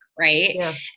Right